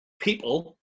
people